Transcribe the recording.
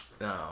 no